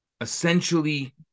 essentially